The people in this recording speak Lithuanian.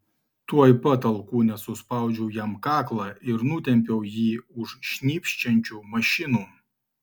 tuoj pat alkūne suspaudžiau jam kaklą ir nutempiau jį už šnypščiančių mašinų